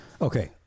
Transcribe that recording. Okay